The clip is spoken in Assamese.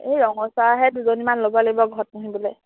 এই ৰঙচুৱাহে দুজনীমান ল'ব লাগিব ঘৰত পুহিবলৈ